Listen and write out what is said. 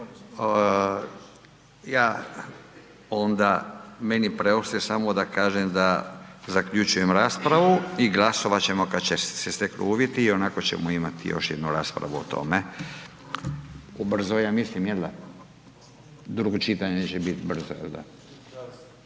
Ja onda, meni preostaje samo da kažem da zaključujem raspravu i glasovat ćemo kad se steknu uvjeti, ionako ćemo imati još jednu raspravu o tome ubrzo, ja mislim, jel da? Drugo čitanje će biti brzo, jel